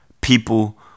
people